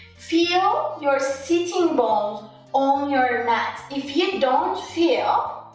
feel your sitting bones on your your mat if you don't feel,